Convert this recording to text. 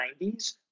90s